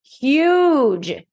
huge